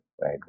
right